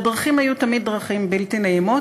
והדרכים היו תמיד דרכים בלתי נעימות.